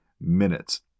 minutes